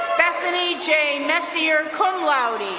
bethany j. messier, cum laude.